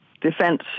defense